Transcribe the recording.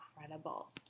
incredible